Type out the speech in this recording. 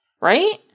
Right